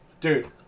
Dude